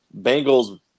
Bengals